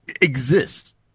exists